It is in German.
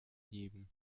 geben